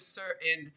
certain